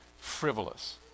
frivolous